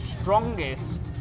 strongest